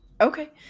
Okay